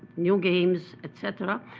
new games, et cetera,